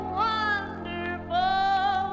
wonderful